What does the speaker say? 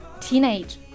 teenage